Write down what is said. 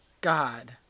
God